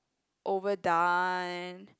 overdone